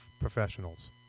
professionals